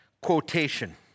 quotation